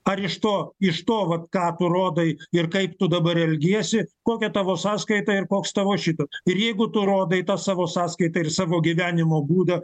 ar iš to iš to vat ką parodai ir kaip tu dabar elgiesi kokia tavo sąskaita ir koks tavo šitok ir jeigu tu rodai tą savo sąskaitą ir savo gyvenimo būdą